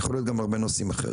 זה יכול להיות גם בנושאים אחרים.